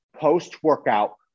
post-workout